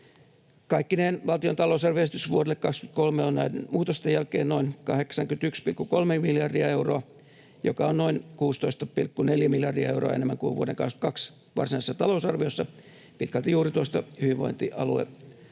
Kaikkineen valtion talousarvioesitys vuodelle 23 on muutosten jälkeen noin 81,3 miljardia euroa, joka on noin 16,4 miljardia euroa enemmän kuin vuoden 22 varsinaisessa talousarviossa pitkälti juuri tuosta hyvinvointialueuudistuksesta